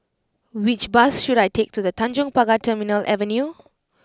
which bus should I take to The Tanjong Pagar Terminal Avenue